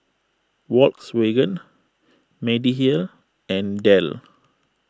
Volkswagen Mediheal and Dell